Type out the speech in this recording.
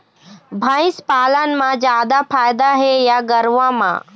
भंइस पालन म जादा फायदा हे या गरवा में?